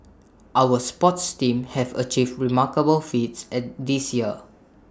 our sports teams have achieved remarkable feats and this year